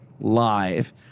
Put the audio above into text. live